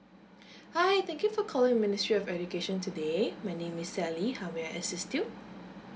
hi thank you for calling ministry of education today my name is sally how may I assist you